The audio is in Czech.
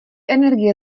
energie